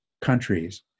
countries